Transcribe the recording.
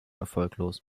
erfolglos